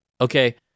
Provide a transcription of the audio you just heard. okay